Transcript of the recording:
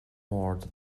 mbord